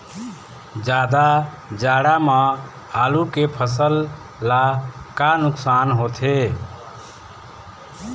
जादा जाड़ा म आलू के फसल ला का नुकसान होथे?